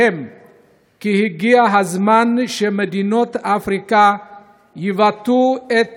מדינותיהם כי הגיע הזמן שמדינות אפריקה יבטאו את